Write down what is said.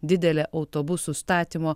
didelė autobusų statymo